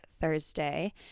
Thursday